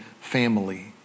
family